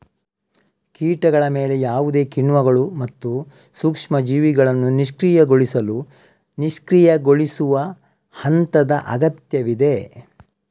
ಕೀಟಗಳ ಮೇಲೆ ಯಾವುದೇ ಕಿಣ್ವಗಳು ಮತ್ತು ಸೂಕ್ಷ್ಮ ಜೀವಿಗಳನ್ನು ನಿಷ್ಕ್ರಿಯಗೊಳಿಸಲು ನಿಷ್ಕ್ರಿಯಗೊಳಿಸುವ ಹಂತದ ಅಗತ್ಯವಿದೆ